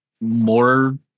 more